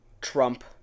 Trump